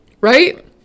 right